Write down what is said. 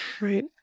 Right